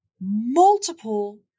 multiple